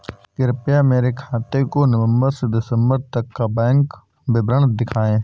कृपया मेरे खाते का नवम्बर से दिसम्बर तक का बैंक विवरण दिखाएं?